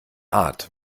art